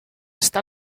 està